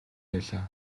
байлаа